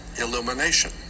illumination